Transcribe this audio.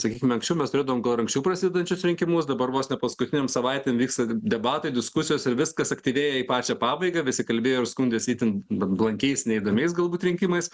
sakykime anksčiau mes turėdavom gal ir anksčiau prasidedančius rinkimus dabar vos ne paskutinėm savaitėm vyksta debatai diskusijos ir viskas aktyvėja į pačią pabaigą visi kalbėjo ir skundėsi itin blankiais neįdomiais galbūt rinkimais